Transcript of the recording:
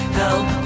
help